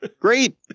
Great